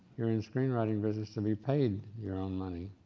you're in the screen writing business to be paid your own money.